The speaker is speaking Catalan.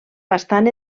bastant